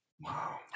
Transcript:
Wow